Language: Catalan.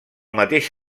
mateix